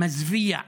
מזוויע,